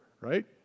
right